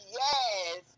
yes